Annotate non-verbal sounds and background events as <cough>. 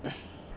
<breath>